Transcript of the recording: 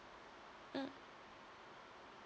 mm